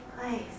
place